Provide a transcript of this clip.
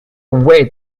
way